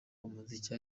umuziki